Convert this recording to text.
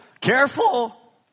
Careful